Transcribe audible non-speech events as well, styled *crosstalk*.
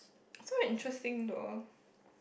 so interesting though *breath*